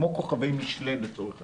כמו כוכבי מישלן, לצורך העניין.